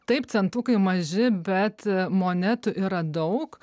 taip centukai maži bet monetų yra daug